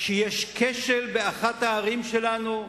כשיש כשל באחת הערים שלנו,